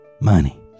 money